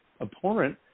abhorrent